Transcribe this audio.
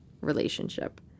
relationship